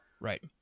Right